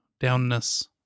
downness